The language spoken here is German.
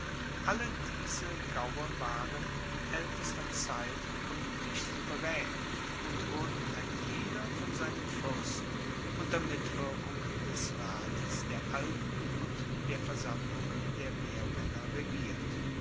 alle diese gaue waren in aeltester zeit politisch souveraen und wurden ein jeder von seinem fuersten unter mitwirkung des rates der alten und der versammlung der wehrmaenner regiert